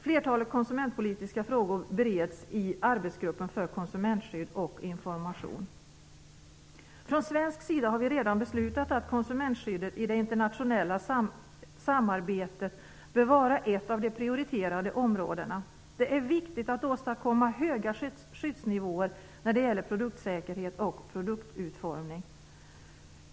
Flertalet konsumentpolitiska frågor bereds i arbetsgruppen för konsumentskydd och information. Från svensk sida har vi redan beslutat att konsumentskyddet i det internationella samarbetet bör vara ett av de prioriterade områdena. Det är viktigt att åstadkomma höga skyddsnivåer när det gäller produktsäkerhet och produktutformning.